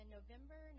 November